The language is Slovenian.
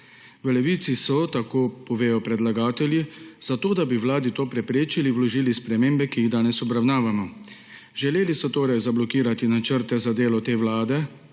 V Levici so, tako povedo predlagatelji, zato da bi Vladi to preprečili, vložili spremembe, ki jih danes obravnavamo. Želeli so torej zablokirati načrte za delo te vlade,